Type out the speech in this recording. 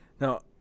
Now